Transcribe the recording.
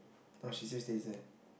no she still stays there